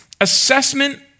assessment